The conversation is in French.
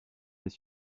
des